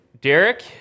Derek